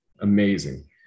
Amazing